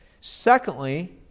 Secondly